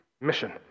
mission